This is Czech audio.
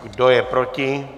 Kdo je proti?